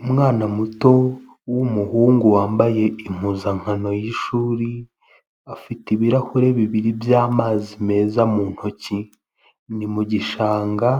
Umwana muto w'umuhungu wambaye impuzankano y'ishuri afite ibirahure bibiri by'amazi meza mu ntoki, ni mu gishanga